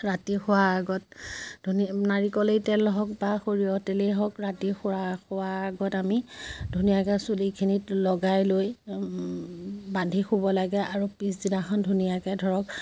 ৰাতি শোৱাৰ আগত ধুনীয়া নাৰিকলেই তেল হওক বা সৰিয়হ তেলেই হওক ৰাতি শোৱাৰ আগত আমি ধুনীয়াকে চুলিখিনিত লগাই লৈ বান্ধি শুব লাগে আৰু পিছদিনাখন ধুনীয়াকে ধৰক